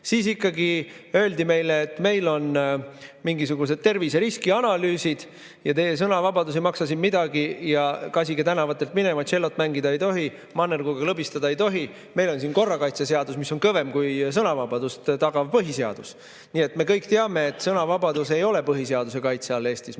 Siis ikkagi öeldi meile: meil on mingisugused terviseriski analüüsid ja teie sõnavabadus ei maksa siin midagi. Kasige tänavatelt minema, tšellot mängida ei tohi, mannerguga klõbistada ei tohi, meil on korrakaitseseadus, mis on kõvem kui sõnavabadust tagav põhiseadus. Nii et me kõik teame, et sõnavabadus ei ole põhiseaduse kaitse all Eestis, me